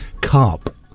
Carp